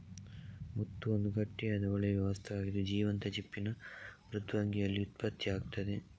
ಮುತ್ತು ಒಂದು ಗಟ್ಟಿಯಾದ, ಹೊಳೆಯುವ ವಸ್ತುವಾಗಿದ್ದು, ಜೀವಂತ ಚಿಪ್ಪಿನ ಮೃದ್ವಂಗಿಯಲ್ಲಿ ಉತ್ಪತ್ತಿಯಾಗ್ತದೆ